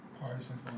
Partisan